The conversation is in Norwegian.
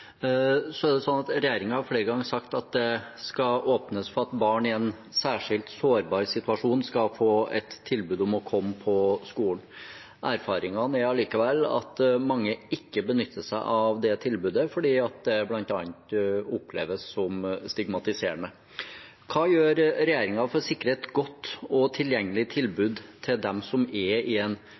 har flere ganger sagt at det skal åpnes for at barn i en særskilt sårbar situasjon skal få et tilbud om å komme på skolen. Erfaringene er likevel at mange ikke benytter seg av det tilbudet, bl.a. fordi det oppleves som stigmatiserende. Hva gjør regjeringen for å sikre et godt og tilgjengelig tilbud til dem som er i en